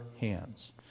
hands